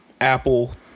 apple